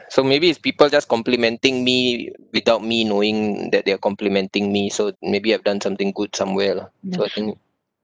so maybe it's people just complimenting me without me knowing that they're complimenting me so maybe I've done something good somewhere lah so I think